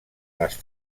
les